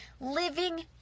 living